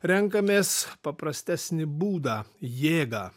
renkamės paprastesnį būdą jėgą